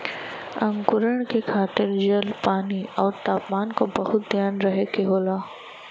अंकुरण के खातिर जल, पानी आउर तापमान क बहुत ध्यान रखे के होला